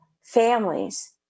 families